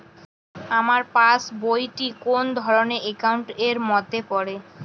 আমার পাশ বই টি কোন ধরণের একাউন্ট এর মধ্যে পড়ে?